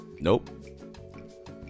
Nope